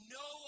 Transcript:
no